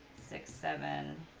sixty seven